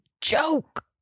joke